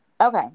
okay